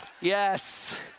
Yes